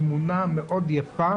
תמונה מאוד יפה